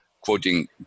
quoting